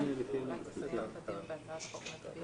אולי תסיים את הדיון בהצעת החוק?